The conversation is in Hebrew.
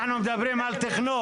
אנחנו מדברים על תכנון.